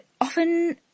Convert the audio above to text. often